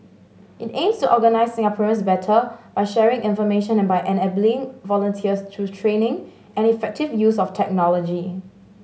it aims to organise Singaporeans better by sharing information and by enabling volunteers through training and effective use of technology